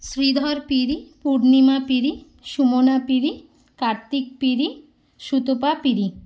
শ্রীধর পিড়ি পূর্ণিমা পিড়ি সুমনা পিড়ি কার্তিক পিড়ি সুতপা পিড়ি